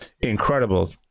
incredible